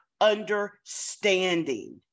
understanding